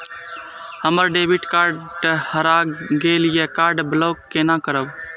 हमर debit card हरा गेल ये कार्ड ब्लॉक केना करब?